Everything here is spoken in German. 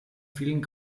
vielen